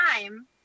time